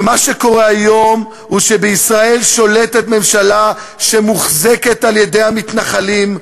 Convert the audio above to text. ומה שקורה היום הוא שבישראל שולטת ממשלה שמוחזקת על-ידי המתנחלים,